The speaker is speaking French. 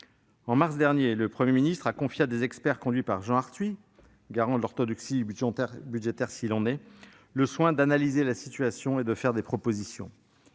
En mars dernier, le Premier ministre a confié à un groupe d'experts conduits par Jean Arthuis, garant de l'orthodoxie budgétaire s'il en est, le soin d'analyser la situation et de faire des propositions.